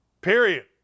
Period